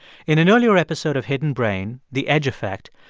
in an earlier episode of hidden brain, the edge effect,